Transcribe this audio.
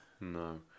No